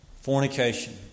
Fornication